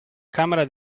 camera